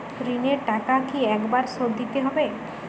ঋণের টাকা কি একবার শোধ দিতে হবে?